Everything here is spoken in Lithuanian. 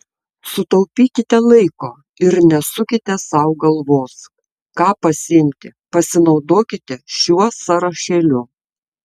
sutaupykite laiko ir nesukite sau galvos ką pasiimti pasinaudokite šiuo sąrašėliu